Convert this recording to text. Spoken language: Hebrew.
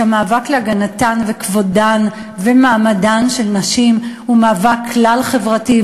ושהמאבק להגנתן וכבודן ומעמדן של נשים הוא מאבק כלל-חברתי,